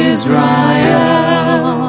Israel